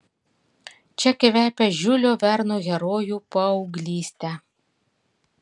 čia kvepia žiulio verno herojų paauglyste